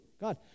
God